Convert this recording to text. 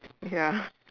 ya